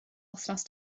wythnos